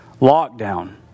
lockdown